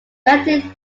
selected